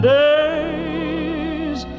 days